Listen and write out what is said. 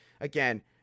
Again